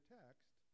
text